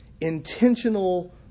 intentional